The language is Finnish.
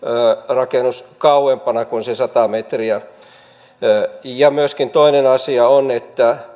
rakennus kauempana kuin se sata metriä toinen asia on että